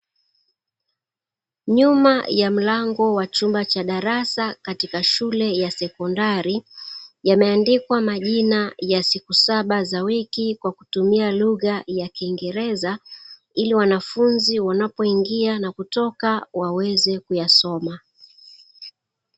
Nyuma ya mlango wa chumba cha darasa katika shule ya sekondari, yameandikwa majina ya siku saba za wiki kwa kutumia lugha ya kiingereza, ili wanafunzi wanapoingia na kutoka waweze kuyasoma.